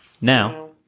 now